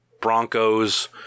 Broncos –